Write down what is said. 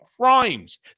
crimes